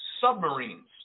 submarines